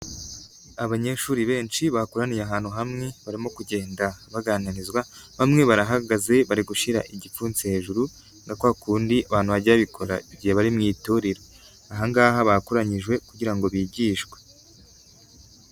Abanyeshuri benshi bakoraniye ahantu hamwe barimo kugenda baganirizwa bamwe barahagaze bari gushyira igipfunsi hejuru nka kwa kundi abantu bajya babikora igihe bari mu itorero, aha ngaha bakoranyijwe kugira ngo bigishwe.